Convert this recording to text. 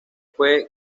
fue